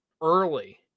early